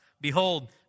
behold